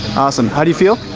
awesome. how do you feel?